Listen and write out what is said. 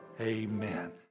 amen